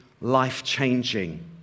life-changing